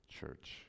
Church